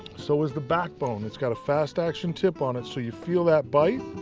so is the backbone. it's got a fast-action tip on it so you feel that bite.